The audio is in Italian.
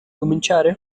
cominciare